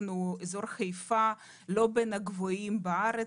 אזור חיפה לא בין הגבוהים בארץ,